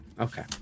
Okay